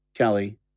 Kelly